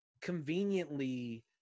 conveniently